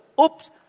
oops